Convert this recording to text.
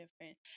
different